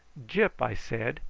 gyp! i said,